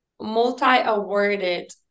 multi-awarded